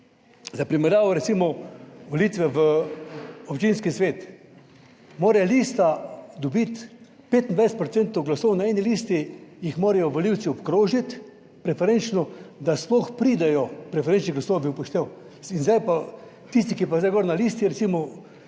Za primerjavo, recimo, volitve v občinski svet. Mora lista dobiti 25 procentov glasov, na eni listi jih morajo volivci obkrožiti, preferenčno, da sploh pridejo preferenčni glasovi v poštev. In zdaj pa tisti, ki je pa zdaj gor na listi, recimo,